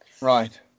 right